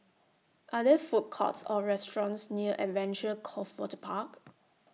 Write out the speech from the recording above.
Are There Food Courts Or restaurants near Adventure Cove Waterpark